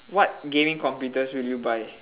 what gaming computers will you buy